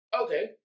okay